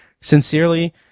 Sincerely